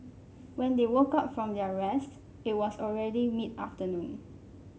when they woke up from their rest it was already mid afternoon